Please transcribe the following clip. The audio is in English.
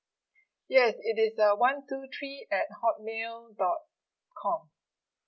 yes it is uh one two three at hotmail dot com